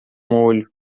molho